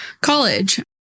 college